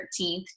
13th